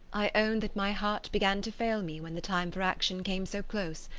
i own that my heart began to fail me when the time for action came so close,